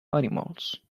animals